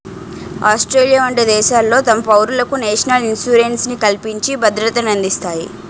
Australia వంట దేశాలు తమ పౌరులకు నేషనల్ ఇన్సూరెన్స్ ని కల్పించి భద్రతనందిస్తాయి